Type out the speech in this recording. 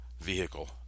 vehicle